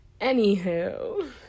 anywho